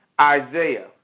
Isaiah